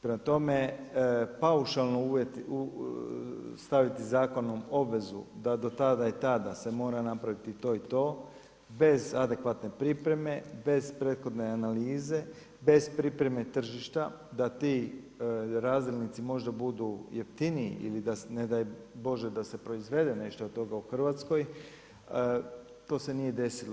Prema tome, paušalno staviti zakonom obvezu da do tada i tada se mora napraviti to i to, bez adekvatne pripreme, bez prethodne analize, bez pripreme tržišta da ti razdjelnici možda budu jeftiniji ili ne daj Bože da se proizvede nešto od toga u Hrvatskoj, to se nije desilo.